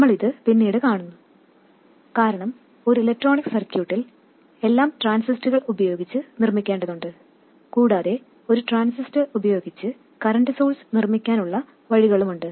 നമ്മൾ ഇത് പിന്നീട് കാണുന്നു കാരണം ഒരു ഇലക്ട്രോണിക് സർക്യൂട്ടിൽ എല്ലാം ട്രാൻസിസ്റ്ററുകൾ ഉപയോഗിച്ച് നിർമ്മിക്കേണ്ടതുണ്ട് കൂടാതെ ഒരു ട്രാൻസിസ്റ്റർ ഉപയോഗിച്ച് കറൻറ് സോഴ്സ് നിർമ്മിക്കാനുള്ള വഴികളുമുണ്ട്